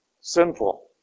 sinful